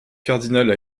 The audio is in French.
cardinal